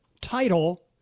title